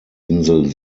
insel